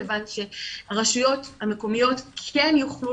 כיוון שהרשויות המקומיות כן יוכלו